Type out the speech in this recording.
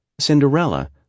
Cinderella